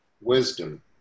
wisdom